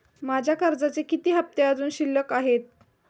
माझे कर्जाचे किती हफ्ते अजुन शिल्लक आहेत?